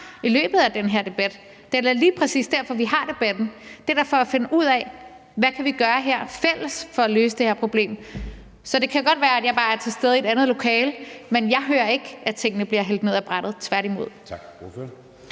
i løbet af den her debat. Det er da lige præcis derfor, vi har debatten; det er da for at finde ud af, hvad vi kan gøre her fælles for at løse det her problem. Så det kan godt være, at jeg var til stede i et andet lokale, men jeg hører ikke, at tingene bliver hældt ned ad brættet